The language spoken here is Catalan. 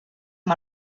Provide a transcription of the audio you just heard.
amb